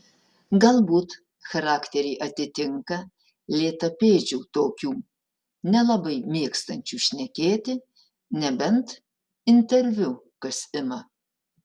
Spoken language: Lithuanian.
galbūt charakteriai atitinka lėtapėdžių tokių nelabai mėgstančių šnekėti nebent interviu kas ima